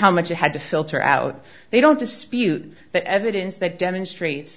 how much it had to filter out they don't dispute that evidence that demonstrate